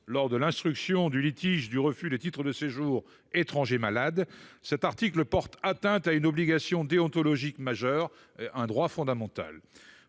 lors de l’instruction d’un litige lié au refus d’un titre de séjour « étranger malade », cet article porte atteinte à une obligation déontologique majeure, à un droit fondamental.